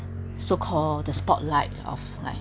so call the spotlight of like